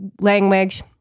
language